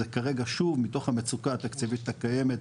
זה כרגע שוב מתוך המצוקה התקציבית הקיימת,